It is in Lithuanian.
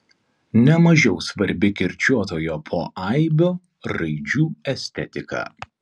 ne mažiau svarbi kirčiuotojo poaibio raidžių estetika